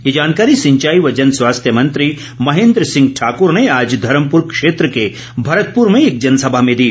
ये जानकारी सिंचाई व जन स्वास्थ्य मंत्री महेन्द्र सिंह ठाकूर ने आज धर्मपूर क्षेत्र के भरतपूर में एक जनसभा में दी